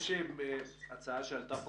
יש הצעה שעלתה פה,